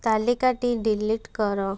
ତାଲିକାଟି delete କର